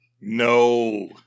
No